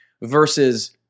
Versus